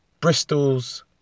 Bristol's